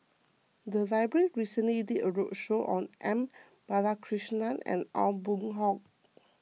the library recently did a roadshow on M Balakrishnan and Aw Boon Haw